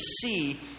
see